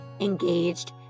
engaged